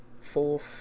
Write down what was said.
fourth